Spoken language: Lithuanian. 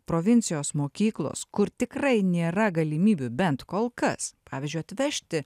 provincijos mokyklos kur tikrai nėra galimybių bent kol kas pavyzdžiui atvežti